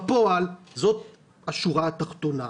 בפועל זאת השורה התחתונה.